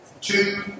two